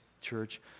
church